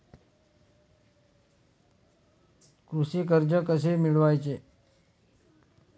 कृषी कर्ज कसे मिळवायचे?